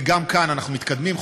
וגם כאן אנחנו מתקדמים,